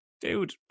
dude